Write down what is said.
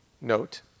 Note